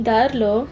Darlo